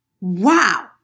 wow